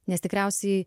nes tikriausiai